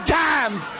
times